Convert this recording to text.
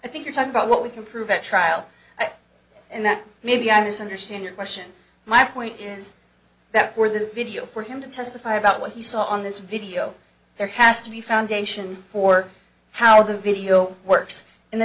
i think you're talking about what we can prove at trial and that maybe i misunderstand your question my point here is that for the video for him to testify about what he saw on this video there has to be foundation for how the video works in the